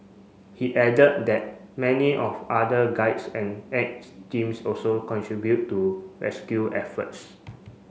he added that many of other guides and aids teams also contribute to rescue efforts